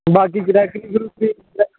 बाकी घराटी घरुटी